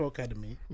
Academy